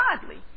godly